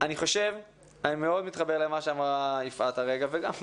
אני מאוד מתחבר למה שאמרה יפעת הרגע, וגם ההורים,